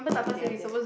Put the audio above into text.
they're there